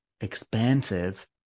expansive